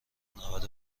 نود